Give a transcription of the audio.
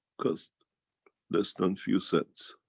cost less than few cents.